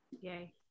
Yay